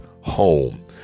home